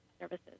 services